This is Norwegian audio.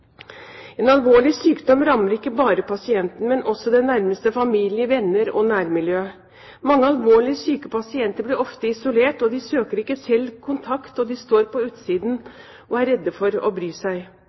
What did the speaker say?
En alvorlig sykdom rammer ikke bare pasienten, men også den nærmeste familie, venner og nærmiljø. Mange alvorlig syke pasienter blir ofte isolert, de søker ikke selv kontakt, og de som står på utsiden,